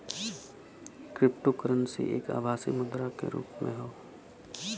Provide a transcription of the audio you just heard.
cryptocurrency एक आभासी मुद्रा क रुप हौ